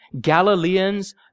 Galileans